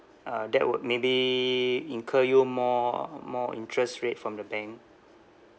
uh that would maybe incur you more more interest rate from the bank